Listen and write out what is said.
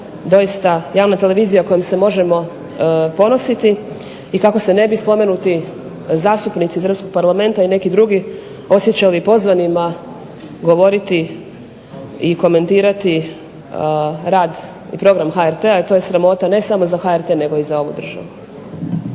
doista javna televizija kojom se možemo ponositi i kako se ne bi spomenuti zastupnici iz Hrvatskog parlamenta i neki drugi osjećali pozvanima govoriti i komentirati rad i program HRT-a jer to je sramota ne samo za HRT nego i za ovu državu.